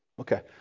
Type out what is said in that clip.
Okay